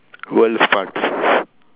world sports